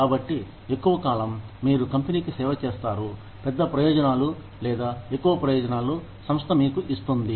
కాబట్టి ఎక్కువకాలం మీరు కంపెనీకి సేవ చేస్తారు పెద్ద ప్రయోజనాలు లేదా ఎక్కువ ప్రయోజనాలు సంస్థ మీకు ఇస్తుంది